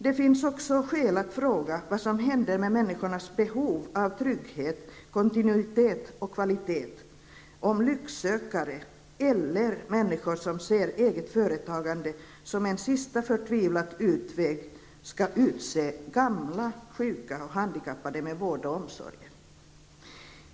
Det finns också skäl att fråga vad som händer med människornas behov av trygghet, kontinuitet och kvalitet om lycksökare eller människor som ser eget företagande som en sista förtvivlad utväg skall förse gamla, sjuka och handikappade med vård och omsorg.